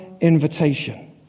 invitation